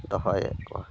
ᱫᱚᱦᱚᱭᱮᱫ ᱠᱚᱣᱟ